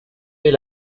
est